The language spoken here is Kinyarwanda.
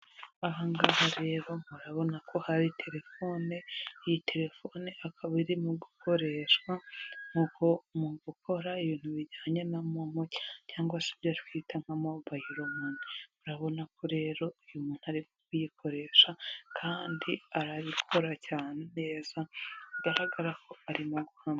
Ahangaha rero murabona ko hari terefone y'iyi terefone, akaba irimo gukoreshwa nk'uko mu gukora ibintu bijyanye na momo, cyangwa se ibyo twita nka mobayiro mani urabona ko rero uyu muntu, ari kuyikoresha kandi arabikora cyane neza, bigaragara ko arimo guhanga.